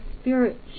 Spirit